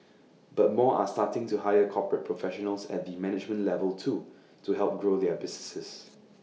but more are starting to hire corporate professionals at the management level too to help grow their businesses